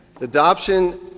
adoption